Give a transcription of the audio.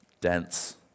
dense